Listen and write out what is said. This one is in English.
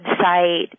website